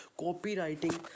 copywriting